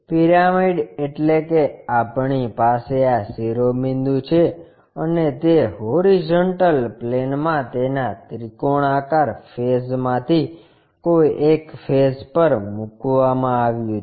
pyramid એટલે કે આપણી પાસે આ શિરોબિંદુ છે અને તે હોરીઝોન્ટલ પ્લેનમાં તેના ત્રિકોણાકાર ફેસ માંથી કોઈ એક ફેસ પર મૂકવામાં આવ્યું છે